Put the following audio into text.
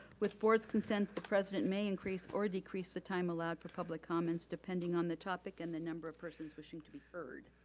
with board's consent, the president may increase or decrease the time allowed for public comments, depending on the topic and the number of persons wishing to be heard.